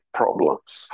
problems